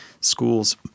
schools